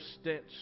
stitch